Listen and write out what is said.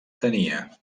tenia